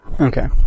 Okay